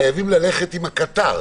חייבים ללכת עם הקטר.